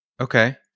Okay